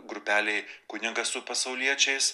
grupelė kunigas su pasauliečiais